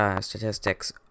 statistics